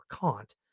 Kant